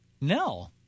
No